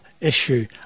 issue